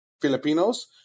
Filipinos